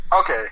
Okay